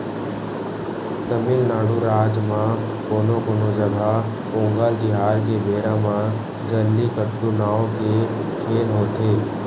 तमिलनाडू राज म कोनो कोनो जघा पोंगल तिहार के बेरा म जल्लीकट्टू नांव के खेल होथे